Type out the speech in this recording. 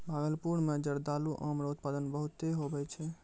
भागलपुर मे जरदालू आम रो उत्पादन बहुते हुवै छै